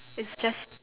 it's just